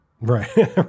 Right